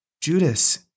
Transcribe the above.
Judas